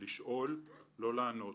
לשאול, לא לענות.